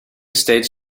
states